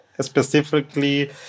specifically